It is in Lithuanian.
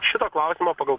šito klausimo pagal